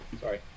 sorry